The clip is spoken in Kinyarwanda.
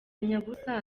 nyabusa